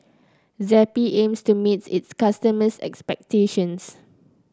Zappy aims to meets its customers' expectations